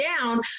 down